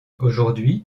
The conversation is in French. aujourd’hui